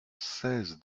seize